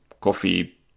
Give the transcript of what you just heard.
coffee